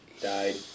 died